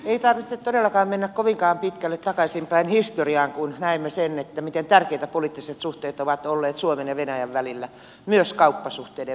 ei tarvitse todellakaan mennä kovinkaan pitkälle takaisinpäin historiaan kun näemme miten tärkeitä poliittiset suhteet ovat olleet suomen ja venäjän välillä myös kauppasuhteiden välillä